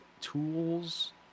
tools